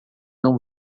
não